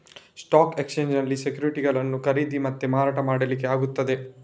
stock ಎಕ್ಸ್ಚೇಂಜಿನಲ್ಲಿ ಸೆಕ್ಯುರಿಟಿಗಳನ್ನ ಖರೀದಿ ಮತ್ತೆ ಮಾರಾಟ ಮಾಡ್ಲಿಕ್ಕೆ ಆಗ್ತದೆ